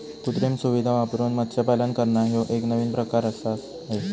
कृत्रिम सुविधां वापरून मत्स्यपालन करना ह्यो एक नवीन प्रकार आआसा हे